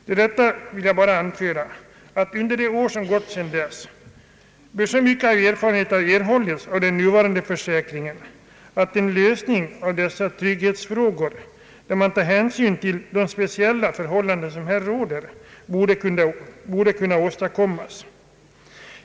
Till detta vill jag bara anföra att under de år som gått sedan dess har så mycken erfarenhet erhållits av den nuvarande försäkringen, att en lösning av dessa trygghetsfrågor, där man tar hänsyn till de speciella förhållanden som råder för egna företagare, borde kunna åstadkommas.